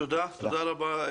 תודה רבה.